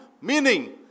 meaning